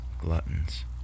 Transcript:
gluttons